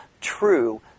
true